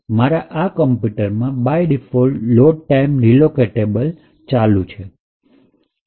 હવે મારા આ કમ્પ્યુટરમાં બાય ડિફોલ્ટ લોડ ટાઈમ રીલોકેટેબલload time relocatable ચાલે છે